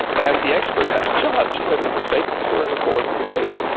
and the experts had to judge whether the statements were in accord with the data.